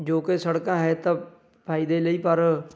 ਜੋ ਕਿ ਸੜਕਾਂ ਹੈ ਤਾਂ ਫਾਇਦੇ ਲਈ ਪਰ